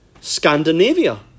Scandinavia